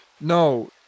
No